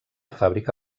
fàbrica